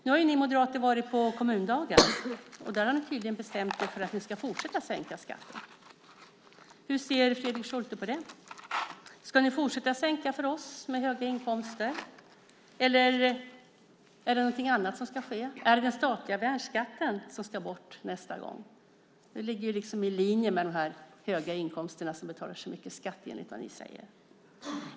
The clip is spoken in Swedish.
Nu har ni moderater varit på kommundagar, och där har ni tydligen bestämt er för att ni ska fortsätta sänka skatten. Hur ser Fredrik Schulte på det? Ska ni fortsätta sänka för oss med höga inkomster, eller är det någonting annat som ska ske? Är det den statliga värnskatten som ska bort nästa gång? Det ligger ju i linje med att de som har höga inkomster betalar så mycket skatt, enligt vad ni säger.